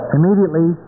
Immediately